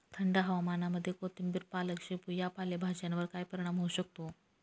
थंड हवामानामध्ये कोथिंबिर, पालक, शेपू या पालेभाज्यांवर काय परिणाम होऊ शकतो?